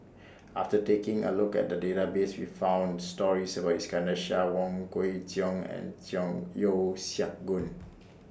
after taking A Look At The Database We found stories about Iskandar Shah Wong Kwei Cheong and Cheong Yeo Siak Goon